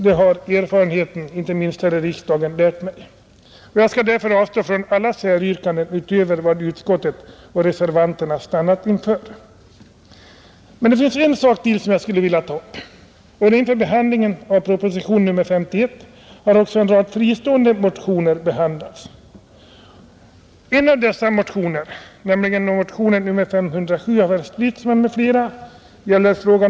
Det har erfarenheten här i riksdagen lärt mig. Därför skall jag avstå från alla säryrkanden utöver det som utskottet och reservanterna har stannat för. En sak till vill jag dock ta upp, och det är det förhållandet att vid behandlingen av propositionen 51 har även en rad fristående motioner behandlats. En av dessa, nämligen motionen 507 av herr Stridsman m, fl.